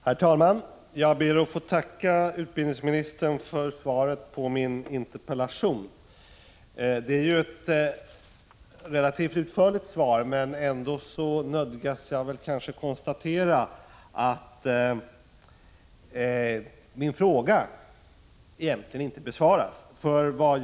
Herr talman! Jag ber att få tacka utbildningsministern för svaret på min interpellation. Svaret är ju relativt utförligt. Men jag nödgas ändå konstatera att min fråga egentligen inte besvaras.